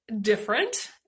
different